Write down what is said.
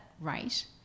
right